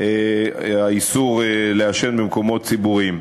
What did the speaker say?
האיסור לעשן במקומות ציבוריים.